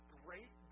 great